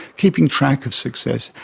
keeping track of success,